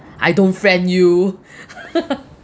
I don't friend you